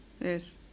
yes